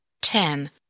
ten